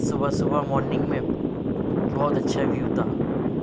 صبح صبح مارنگ میں بہت اچھا ویو تھا